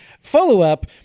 Follow-up